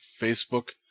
Facebook